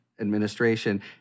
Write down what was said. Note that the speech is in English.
administration